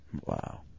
Wow